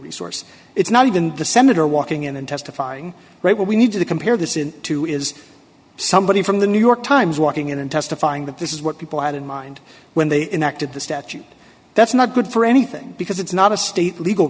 resource it's not even the senator walking in and testifying right what we need to compare this in to is somebody from the new york times walking in and testifying that this is what people had in mind when they enacted the statute that's not good for anything because it's not a state legal